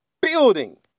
building